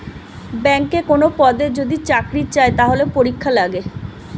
ব্যাংকে কোনো পদে যদি চাকরি চায়, তাহলে পরীক্ষা লাগে